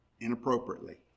inappropriately